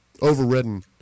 overridden